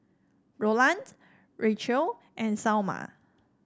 Roland Racheal and Salma